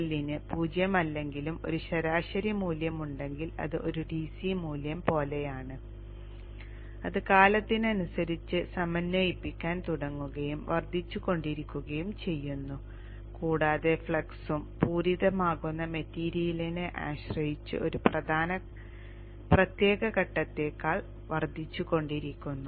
VL ന് 0 അല്ലെങ്കിലും ഒരു ശരാശരി മൂല്യമുണ്ടെങ്കിൽ അത് ഒരു DC മൂല്യം പോലെയാണ് അത് കാലത്തിനനുസരിച്ച് സമന്വയിപ്പിക്കാൻ തുടങ്ങുകയും വർദ്ധിച്ചുകൊണ്ടിരിക്കുകയും ചെയ്യുന്നു കൂടാതെ ഫ്ലക്സും പൂരിതമാകുന്ന മെറ്റീരിയലിനെ ആശ്രയിച്ച് ഒരു പ്രത്യേക ഘട്ടത്തേക്കാൾ വർദ്ധിച്ചുകൊണ്ടിരിക്കുന്നു